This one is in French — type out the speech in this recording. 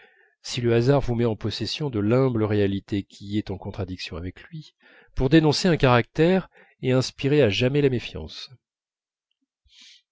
si le hasard vous met en possession de l'humble réalité qui est en contradiction avec lui pour dénoncer un caractère et inspirer à jamais la méfiance